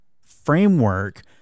framework